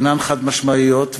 אינן חד-משמעיות,